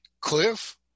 cliff